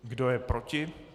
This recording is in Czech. Kdo je proti?